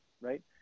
right